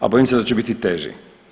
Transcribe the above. A bojim se da će biti teži.